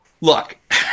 look